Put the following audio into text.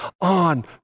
on